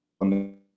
on